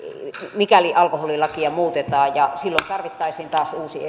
mikäli alkoholilakia muutetaan ja silloin tarvittaisiin taas uusi